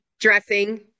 dressing